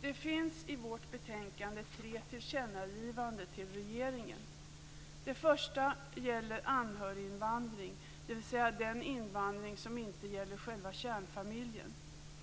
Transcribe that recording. Det finns i vårt betänkande tre tillkännagivanden till regeringen. Det första gäller anhöriginvandring, dvs. den invandring som inte gäller själva kärnfamiljen.